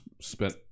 Spent